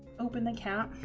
opening care